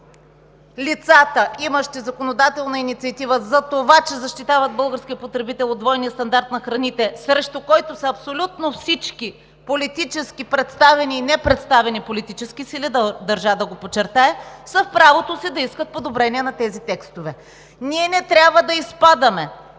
сили, или други лица за това, че защитават българския потребител от двойния стандарт на храните, срещу който са абсолютно всички политически представени и непредставени политически сили, държа да го подчертая, са в правото си да искат подобрение на тези текстове. Ние не трябва да изпадаме